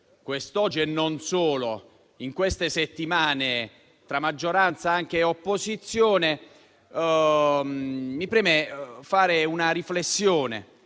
quest'oggi e non solo, in queste settimane tra maggioranza e opposizione, ora mi preme fare una riflessione